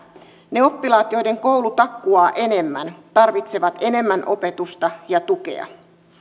ne oppilaat joiden koulu takkuaa enemmän tarvitsevat enemmän opetusta ja tukea